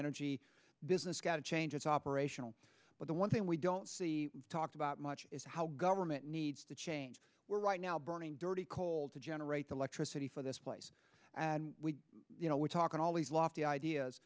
energy business gotta change its operational but the one thing we don't see talked about much is how government needs to change we're right now burning dirty coal to generate electricity for this place and you know we're talking all these law the ideas